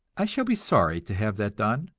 i shall be sorry to have that done,